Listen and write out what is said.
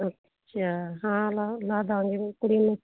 ਅੱਛਾ ਹਾਂ ਲਾ ਦੇਵਾਂਗੇ ਕੁੜੀ ਨੂੰ